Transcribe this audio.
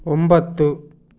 ಒಂಬತ್ತು